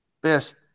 best